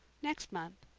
next month.